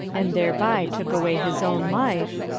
and thereby took away his own life,